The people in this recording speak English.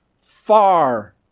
far